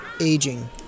aging